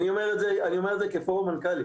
אני אומר את זה כפורום מנכ"לים,